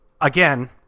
Again